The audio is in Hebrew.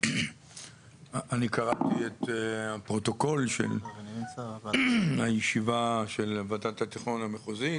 אני קראתי את הפרוטוקול של הישיבה של ועדת התכנון המחוזית